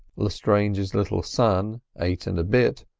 lestrange's little son, eight and a bit,